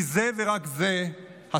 כי זה ורק זה הסדר: